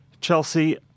Chelsea